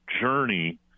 journey